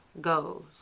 goes